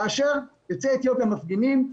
כאשר יוצאי אתיופיה מפגינים,